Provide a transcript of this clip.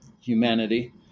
humanity